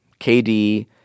KD